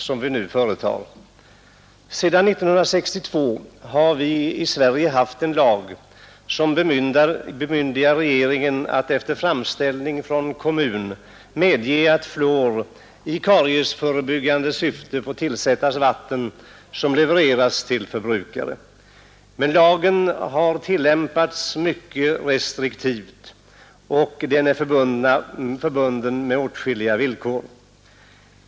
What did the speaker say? Sedan 1962 har vi här i landet haft en lag som bemyndigar regeringen att efter framställning från kommun medge att fluor i kariesförebyggande syfte får tillsättas vatten som levereras till förbrukare. Men lagen har tillämpats mycket restriktivt och är förbunden med åtskilliga villkor.